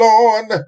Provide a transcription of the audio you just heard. Lord